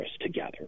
together